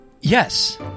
Yes